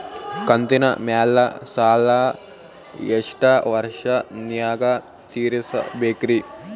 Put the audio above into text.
ಕಂತಿನ ಮ್ಯಾಲ ಸಾಲಾ ಎಷ್ಟ ವರ್ಷ ನ್ಯಾಗ ತೀರಸ ಬೇಕ್ರಿ?